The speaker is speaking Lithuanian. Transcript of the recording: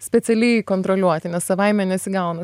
specialiai kontroliuoti nes savaime nesigauna